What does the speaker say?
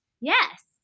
Yes